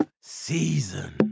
Season